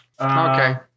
Okay